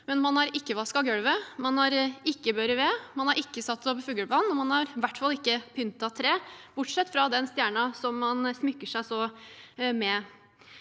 Men man har ikke «vaske golvet», man har ikke «børi ved», man har ikke «sett opp fugleband», og man har i hvert fall ikke «pynte tre», bortsett fra den stjerna som man smykker seg med.